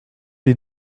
les